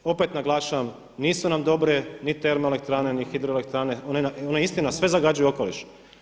Iz, opet naglašavam nisu nam dobre ni termoelektrane, ni hidroelektrane, one istina sve zagađuju okoliš.